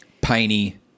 piney